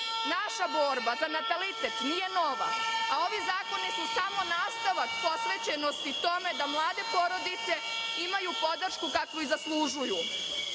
Naša borba za natalitet nije nova, a ovi zakoni su samo nastavak posvećenosti tome da mlade porodice imaju podršku kakvu i zaslužuju. Dame